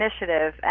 initiative